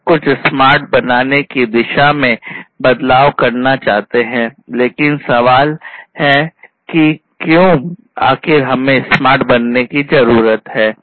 हम सब कुछ स्मार्ट बनाने की दिशा में बदलाव करना चाहते हैं लेकिन सवाल है कि क्यों आखिर हमें स्मार्ट बनाने की ज़रूरत है